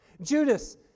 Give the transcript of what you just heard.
Judas